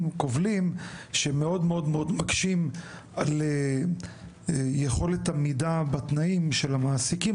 כובלים שמאוד מאוד מקשים על יכולת עמידה בתנאים של המעסיקים,